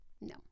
No